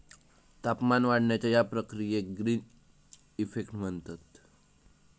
तापमान वाढण्याच्या या प्रक्रियेक ग्रीन इफेक्ट म्हणतत